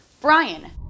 Brian